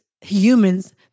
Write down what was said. humans